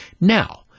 Now